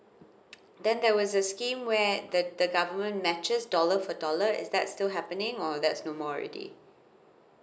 then there was a scheme where the the government matches dollar for dollar is that still happening or that's no more already